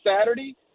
Saturday